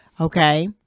Okay